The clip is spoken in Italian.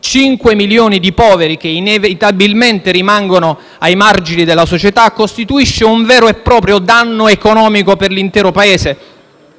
5 milioni di poveri, che inevitabilmente rimangono ai margini della società, costituisce un vero e proprio danno economico per l'intero Paese,